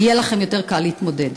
יהיה לכם יותר קל להתמודד.